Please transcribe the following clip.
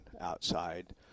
outside –